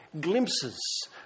glimpses